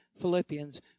Philippians